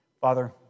Father